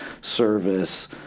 service